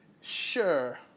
sure